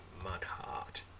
Mudheart